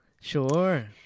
Sure